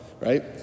right